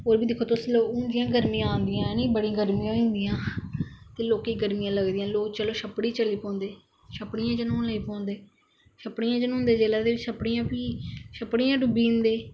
और बी दिक्खो तुस लोक जियां गर्मियां आंदियां है नी बड़ी गर्मियां होई जंदियां ते लोकें गी गर्मियां लगदियां लोक चलो छपड़ी च चली पौंदे छपडि़यै च न्हौंदे छपड़ियै च न्हौंदे जिसलै ते छपड़िया छपड़ियै च डुब्बी जंदे